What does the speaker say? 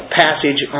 passage